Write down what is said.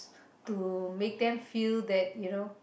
to make them feel that you know